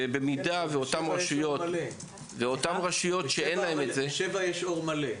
אם יש רשויות שאין להן את זה --- בשבע יש אור מלא.